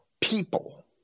people